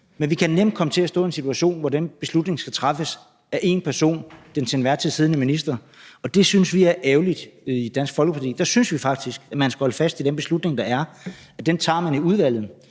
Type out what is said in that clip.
nemt kan komme til at stå i den situation, at den beslutning skal træffes af en person: den til enhver tid siddende minister. Og det synes vi i Dansk Folkeparti er ærgerligt. Vi synes faktisk, at man skal holde fast i, at den beslutning, der er, tager man i udvalget.